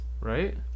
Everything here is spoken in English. right